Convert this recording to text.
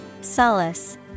Solace